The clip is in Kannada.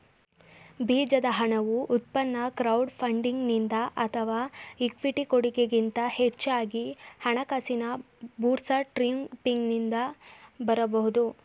ಬೀಜದ ಹಣವು ಉತ್ಪನ್ನ ಕ್ರೌಡ್ ಫಂಡಿಂಗ್ನಿಂದ ಅಥವಾ ಇಕ್ವಿಟಿ ಕೊಡಗೆ ಗಿಂತ ಹೆಚ್ಚಾಗಿ ಹಣಕಾಸಿನ ಬೂಟ್ಸ್ಟ್ರ್ಯಾಪಿಂಗ್ನಿಂದ ಬರಬಹುದು